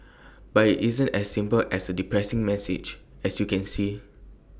but IT isn't as simple as A depressing message as you can see